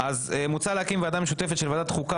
מוצע להקים ועדה משותפת של ועדת החוקה,